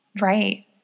Right